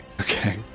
Okay